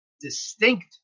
distinct